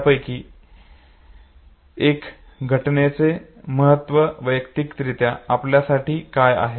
त्यापैकी एक म्हणजे घटनेचे महत्त्व वैयक्तिकरित्या आपल्यासाठी काय आहे